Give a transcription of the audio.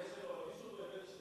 אבל מישהו כנראה איבד את העשתונות.